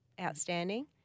outstanding